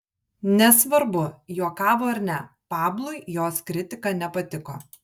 nesvarbu juokavo ar ne pablui jos kritika nepatiko